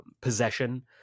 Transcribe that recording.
possession